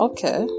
Okay